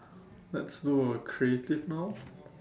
let's do a creative now